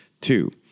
Two